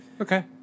Okay